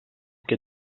que